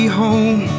home